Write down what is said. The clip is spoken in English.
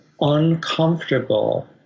uncomfortable